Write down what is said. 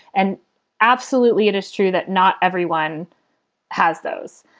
and absolutely, it is true that not everyone has those.